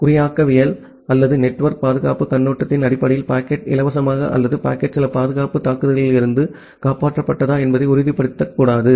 குறியாக்கவியல் அல்லது நெட்வொர்க் பாதுகாப்புக் கண்ணோட்டத்தின் அடிப்படையில் பாக்கெட் இலவசமா அல்லது பாக்கெட் சில பாதுகாப்பு தாக்குதலில் இருந்து காப்பாற்றப்பட்டதா என்பதை உறுதிப்படுத்தக்கூடாது